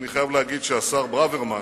אני חייב להגיד שהשר ברוורמן,